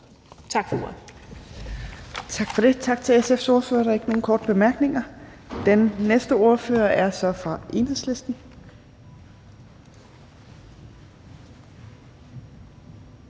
næstformand (Trine Torp): Tak til SF's ordfører. Der er ikke nogen korte bemærkninger. Den næste ordfører er fra Enhedslisten.